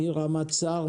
מרמת שר,